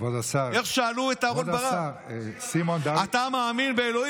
איך שאלו את אהרן ברק: אתה מאמין באלוהים?